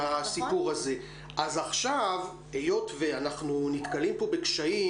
אז עכשיו, היות ואנחנו נתקלים פה בקשיים